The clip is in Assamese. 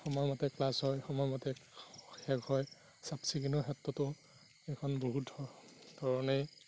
সময়মতে ক্লাছ হয় সময়মতে শেষ হয় চাফ চিকুণৰ ক্ষেত্ৰতো এইখন বহুত ধৰ ধৰণেই